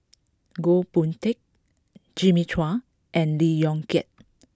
Goh Boon Teck Jimmy Chua and Lee Yong Kiat